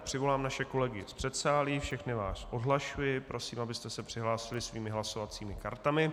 Přivolám naše kolegy z předsálí, všechny vás odhlašuji a prosím, abyste se přihlásili svými hlasovacími kartami.